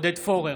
עודד פורר,